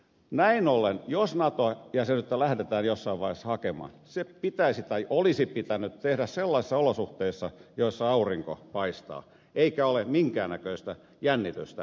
näin ollen jos nato jäsenyyttä lähdetään jossain vaiheessa hakemaan se pitäisi tai olisi pitänyt tehdä sellaisissa olosuhteissa joissa aurinko paistaa eikä ole minkään näköistä jännitystä